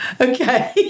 Okay